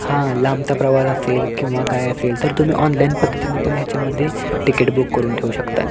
हां लांबचा प्रवास असेल किंवा काय असेल तर तुम्ही ऑनलैन पद्धतीने पण ह्याच्यामध्ये तिकीट बुक करून ठेवू शकत आहे